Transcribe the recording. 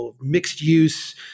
mixed-use